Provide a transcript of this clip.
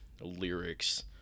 lyrics